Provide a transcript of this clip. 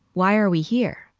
why are we here?